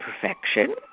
perfection